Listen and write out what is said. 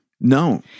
No